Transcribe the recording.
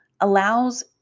allows